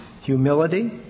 humility